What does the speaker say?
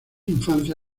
infancia